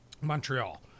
Montreal